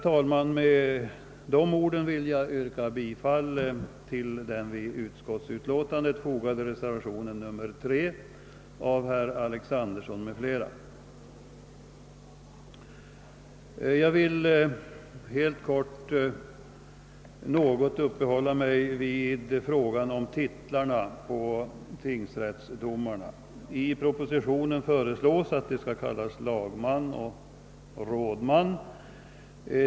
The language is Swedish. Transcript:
Jag vill också något uppehålla mig vid frågan om titlarna på tingsrättsdomarna. I propositionen föreslås att de skall kallas lagman och rådman.